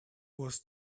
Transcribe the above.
was